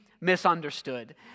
misunderstood